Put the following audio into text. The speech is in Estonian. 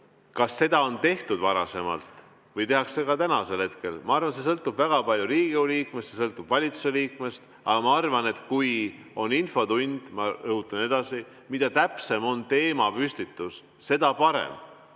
Kas seda on tehtud varasemalt või tehakse ka tänasel hetkel? Ma arvan, et see sõltub väga palju Riigikogu liikmest, see sõltub valitsuse liikmest. Aga ma arvan, et kui on infotund, ma rõhutan edasi: mida täpsem on teemapüstitus, seda parem